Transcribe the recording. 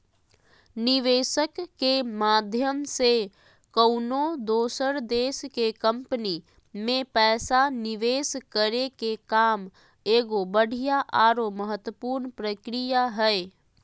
निवेशक के माध्यम से कउनो दोसर देश के कम्पनी मे पैसा निवेश करे के काम एगो बढ़िया आरो महत्वपूर्ण प्रक्रिया हय